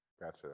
Gotcha